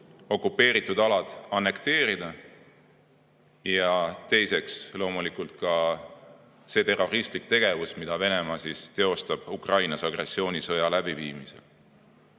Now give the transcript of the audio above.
okupeeritud alad annekteerida, ja teiseks, loomulikult ka see terroristlik tegevus, mida Venemaa teostab Ukrainas agressioonisõja läbiviimisel.